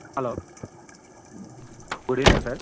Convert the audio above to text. hello good evening sir